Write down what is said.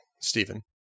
Stephen